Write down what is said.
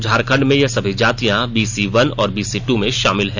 झारखेंड में यह सभी जातियां बीसी वन और बीसी टू में शामिल हैं